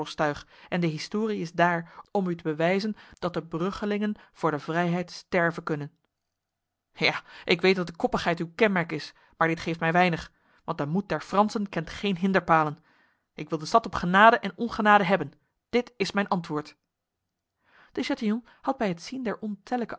en de historie is daar om u te bewijzen dat de bruggelingen voor de vrijheid sterven kunnen ja ik weet dat de koppigheid uw kenmerk is maar dit geeft mij weinig want de moed der fransen kent geen hinderpalen ik wil de stad op genade en ongenade hebben dit is mijn antwoord de chatillon had bij het zien der ontellijke